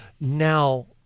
now